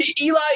Eli